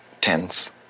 tense